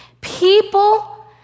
People